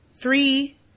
Three